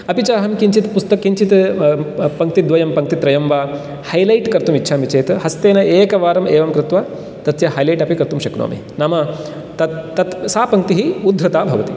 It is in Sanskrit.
अपि च अहं किञ्चित् किञ्चित् पङ्क्तिद्वयं पङ्क्तित्रयं वा हैलैट् कर्तुमिच्छामि चेत् हस्तेन एकवारं एवं कृत्वा तस्य हैलैट् अपि कर्तुं शक्नोमि नाम तत् तत् सा पङ्क्तिः उद्धृता भवति